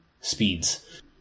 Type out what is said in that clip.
speeds